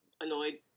Annoyed